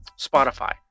Spotify